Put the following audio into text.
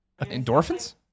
Endorphins